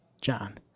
John